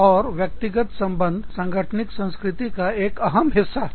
और व्यक्तिगत संबंध सांगठनिक संस्कृति का एक अहम हिस्सा है